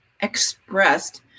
expressed